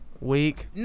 week